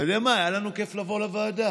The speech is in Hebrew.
אתה יודע מה, היה לנו כיף לבוא לוועדה,